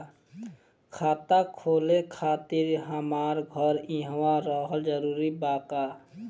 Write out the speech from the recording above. खाता खोले खातिर हमार घर इहवा रहल जरूरी बा का?